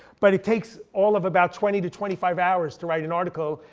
but it takes all of about twenty to twenty five hours to write an article.